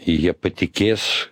jie patikės